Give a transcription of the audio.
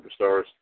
superstars